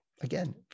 Again